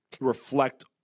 reflect